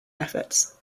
efforts